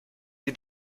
sie